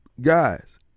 guys